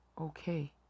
okay